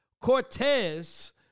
Cortez